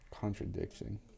contradiction